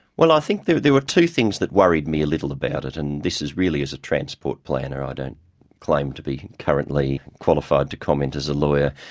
well, i think there there were two things that worried me a little about it. and this is really as a transport planner, i ah don't claim to be currently qualified to comment as a lawyer.